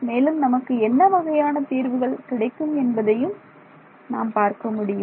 மேலும் நமக்கு என்ன வகையான தீர்வுகள் கிடைக்கும் என்பதையும் நாம் பார்க்க முடியும்